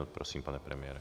Prosím, pane premiére.